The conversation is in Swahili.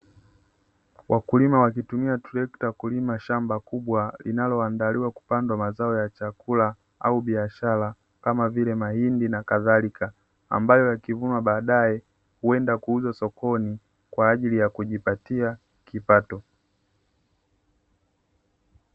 Wakulima wakitumia trekta kulima shamba kubwa linaloandaliwa kupandwa mazao ya chakula au biashara kama vile; mahindi na kadhalika, ambayo yakivunwa baadaye huenda kuuzwa sokoni kwa ajili ya kujipatia kipato.